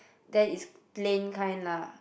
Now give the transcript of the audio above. then it's plain kind lah